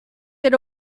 that